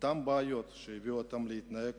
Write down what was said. אותן בעיות שהביאו אותם להתנהג